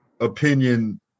opinion